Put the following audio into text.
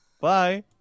Bye